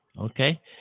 Okay